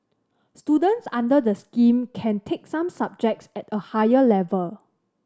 students under the scheme can take some subjects at a higher level